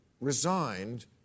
resigned